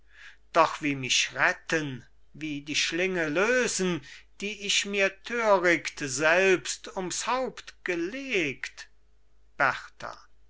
doch wie mich retten wie die schlinge lösen die ich mir töricht selbst ums haupt gelegt